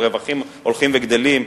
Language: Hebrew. על רווחים הולכים וגדלים.